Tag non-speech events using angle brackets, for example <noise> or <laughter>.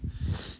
<breath>